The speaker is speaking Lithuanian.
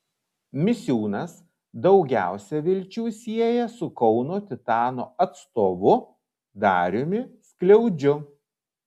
misiūnas daugiausia vilčių sieja su kauno titano atstovu dariumi skliaudžiu